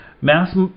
Mass